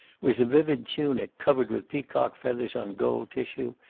was a vivid tunic covered with peacock feathers on gold tissue,